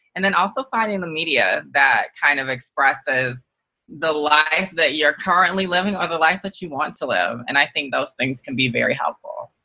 and then also finding the media that kind of expresses the life that you're currently living or the life that you want to live. and i think those things can be very helpful.